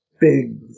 big